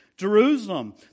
Jerusalem